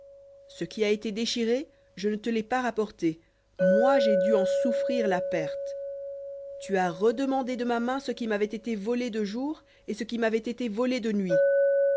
ce qui a été déchiré je ne te l'ai pas rapporté moi j'ai dû en souffrir la perte tu as redemandé de ma main ce qui m'avait été volé de jour et ce qui m'avait été volé de nuit